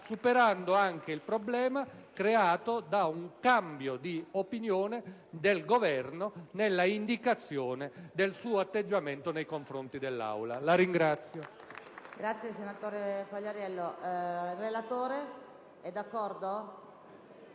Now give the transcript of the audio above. superando anche il problema creato da un mutamento di opinione del Governo nella indicazione del suo atteggiamento nei confronti dell'Aula. *(Applausi